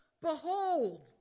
behold